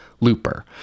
looper